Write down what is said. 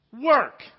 Work